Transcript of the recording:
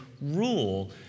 rule